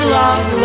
love